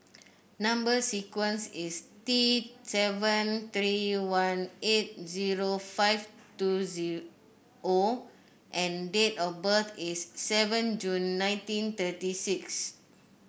number sequence is T seven three one eight zero five two Z O and date of birth is seven June nineteen thirty six